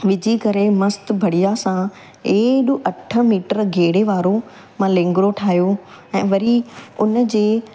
विझी करे मस्तु बढ़िया सां एॾो अठ मीटर गेड़े वारो मां लेंगरो ठाहियो ऐं वरी उन जे